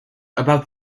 about